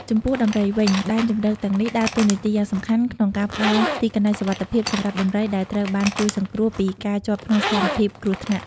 ចំពោះដំរីវិញ ដែនជម្រកទាំងនេះដើរតួនាទីយ៉ាងសំខាន់ក្នុងការផ្តល់ទីកន្លែងសុវត្ថិភាពសម្រាប់ដំរីដែលត្រូវបានជួយសង្គ្រោះពីការជាប់ក្នុងស្ថានភាពគ្រោះថ្នាក់។